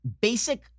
basic